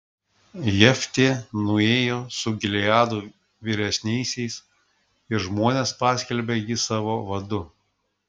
jeftė nuėjo su gileado vyresniaisiais ir žmonės paskelbė jį savo vadu